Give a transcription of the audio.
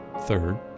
Third